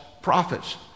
prophets